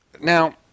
Now